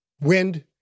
Wind